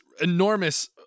enormous